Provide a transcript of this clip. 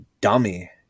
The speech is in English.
dummy